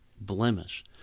blemish